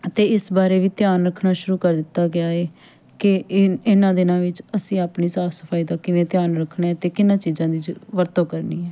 ਅਤੇ ਇਸ ਬਾਰੇ ਵੀ ਧਿਆਨ ਰੱਖਣਾ ਸ਼ੁਰੂ ਕਰ ਦਿੱਤਾ ਗਿਆ ਹੈ ਕਿ ਇਹ ਇਹਨਾਂ ਦਿਨਾਂ ਵਿੱਚ ਅਸੀਂ ਆਪਣੀ ਸਾਫ਼ ਸਫਾਈ ਦਾ ਕਿਵੇਂ ਧਿਆਨ ਰੱਖਣਾ ਹੈ ਅਤੇ ਕਿਨ੍ਹਾਂ ਚੀਜ਼ਾਂ ਦੀ ਜ ਵਰਤੋਂ ਕਰਨੀ ਹੈ